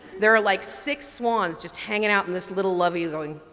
there are like six swans just hanging out in this little levy going,